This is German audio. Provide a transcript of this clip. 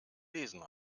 lesen